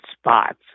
spots